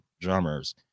drummers